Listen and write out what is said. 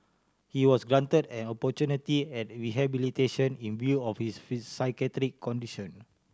he was granted an opportunity at rehabilitation in view of his psychiatric condition